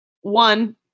One